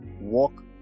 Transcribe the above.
walk